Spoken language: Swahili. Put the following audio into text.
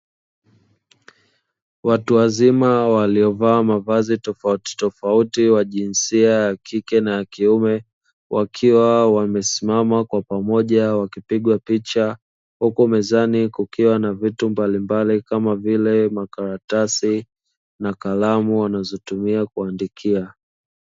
Watuwazima waliovaa mavazi tofautitofauti wa jinsia ya kike na ya kiume, wakiwa wamesimama kwa pamoja wakipigwa picha, huku mezani kukiwa na vitu mbalimbali, kama vile makaratasi na kalamu wanazotumia kuandikia.